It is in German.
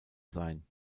sein